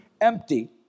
empty